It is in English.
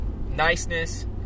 niceness